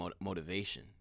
motivation